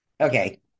Okay